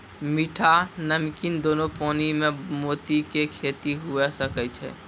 मीठा, नमकीन दोनो पानी में मोती के खेती हुवे सकै छै